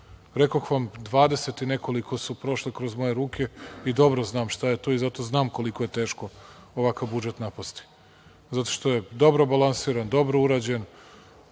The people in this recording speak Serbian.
Rekoh vam 20 i nekoliko su prošli kroz moje ruke i dobro znam šta je to, i zato znam koliko je teško ovakav budžet napasti, zato što je dobro balansiran, dobro urađen,